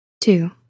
Two